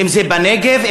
אם בנגב,